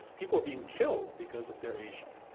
people are being killed because they're asian.